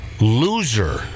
loser